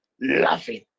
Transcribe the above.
Loving